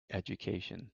education